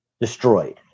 destroyed